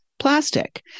Plastic